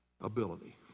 ability